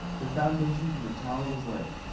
the foundation for the tower was laid,